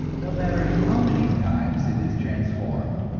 no matter how many times it is transformed,